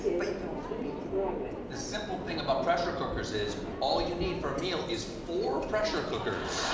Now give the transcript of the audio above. but you can also bake in it. stephen the simple thing about pressure cookers is all you need for a meal is four pressure cookers.